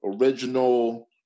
original